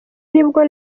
nibwo